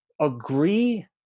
agree